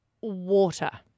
water